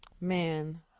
Man